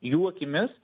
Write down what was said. jų akimis